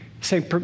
Say